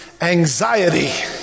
anxiety